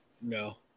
No